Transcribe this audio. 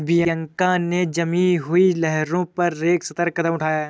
Bianca ने जमी हुई लहरों पर एक सतर्क कदम उठाया